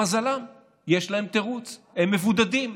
למזלם יש להם תירוץ: הם מבודדים.